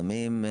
סמים.